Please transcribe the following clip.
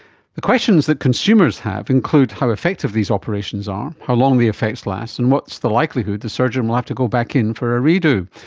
the questions that consumers have include how effective these operations are, how long the effects last, and what's the likelihood the surgeon will have to go back in for a redo.